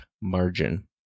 margin